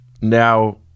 now